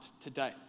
today